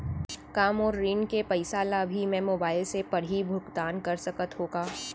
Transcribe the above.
का मोर ऋण के पइसा ल भी मैं मोबाइल से पड़ही भुगतान कर सकत हो का?